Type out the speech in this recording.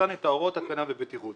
מהיצרן את הוראות ההתקנה והבטיחות.